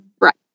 right